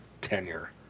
tenure